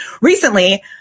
Recently